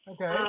Okay